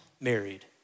married